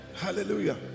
Hallelujah